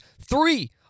three